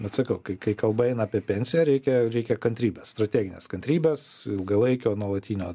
vat sakau kai kai kalba eina apie pensiją reikia reikia kantrybės strateginės kantrybės ilgalaikio nuolatinio